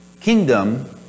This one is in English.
Kingdom